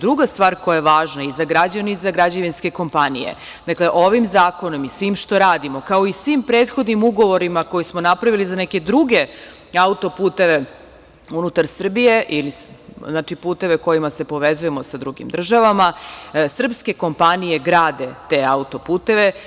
Druga stvar koja je važna i za građane i za građevinske kompanije, dakle, ovim zakonom i svim što radimo, kao i svim prethodnim ugovorima koje smo napravili za neke druge auto-puteve unutar Srbije, znači puteve kojima se povezujemo sa drugim državama, srpske kompanije grade te auto-puteve.